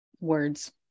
words